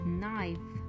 knife